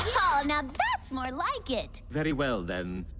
oh now that's more like it very well then